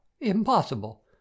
impossible